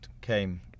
came